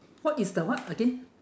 what is the what again